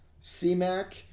C-Mac